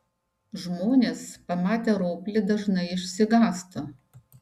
žmonės pamatę roplį dažnai išsigąsta